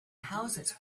houses